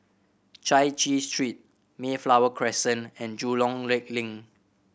Chai Chee Street Mayflower Crescent and Jurong Lake Link